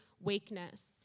weakness